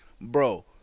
bro